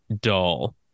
dull